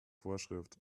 vorschrift